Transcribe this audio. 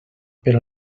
per